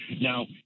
Now